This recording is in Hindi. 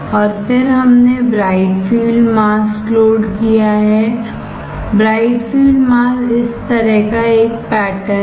और फिर हमने ब्राइट फील्ड मास्क लोड किया है ब्राइट फील्ड मास्क इस तरह का एक पैटर्न है